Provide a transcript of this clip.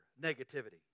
negativity